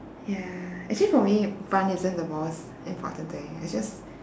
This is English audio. ya actually for me fun isn't the most important thing it's just